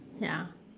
ya